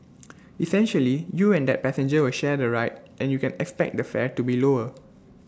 essentially you and that passenger will share the ride and you can expect the fare to be lower